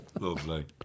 Lovely